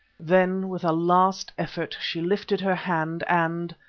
then with a last effort she lifted her hand, and,